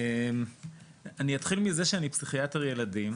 אני אתחיל מזה שאני פסיכיאטר ילדים,